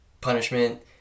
punishment